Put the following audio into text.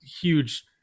huge